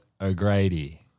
O'Grady